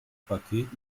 paket